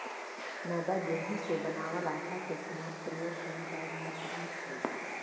मैदा गेहूं से बनावल आटा के समान प्रयोग कैल जाए वाला पदार्थ हइ